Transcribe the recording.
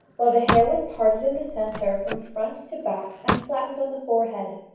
while the hair was parted in the centre from front to back and flattened on the forehead.